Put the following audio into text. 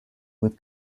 with